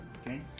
Okay